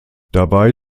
dabei